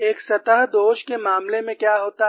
एक सतह दोष के मामले में क्या होता है